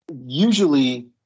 Usually